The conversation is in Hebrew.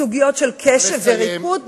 סוגיות של קשב וריכוז.